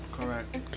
correct